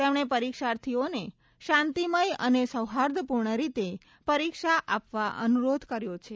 તેમણે પરિક્ષાર્થીઓને શાંતિમય અને સૌહાર્દપૂર્ણ રીતે પરિક્ષા આપવા અનુરોધ કર્યો છે